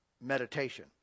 meditation